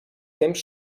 temps